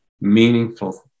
meaningful